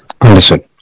understood